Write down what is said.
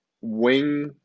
wing